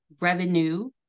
revenue